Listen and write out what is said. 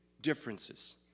differences